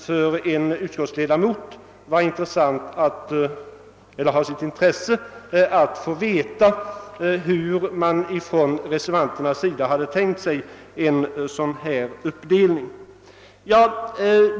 För en ledamot av utskottet skulle det vara mycket intressant att få veta hur reservanterna tänker sig en sådan uppdelning.